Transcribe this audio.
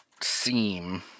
seem